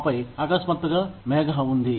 ఆపై ఆకస్మాత్తుగా మేఘ ఉంది